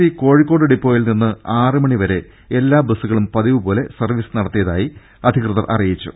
C Kozhikode ഡിപ്പോയിൽ നിന്ന് ആറ് മണി വരെ എല്ലാ ബസുകളും പതിവുപോലെ സർവീസ് നടത്തിയതായി അധികൃതർ അറിയിച്ചു